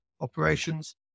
operations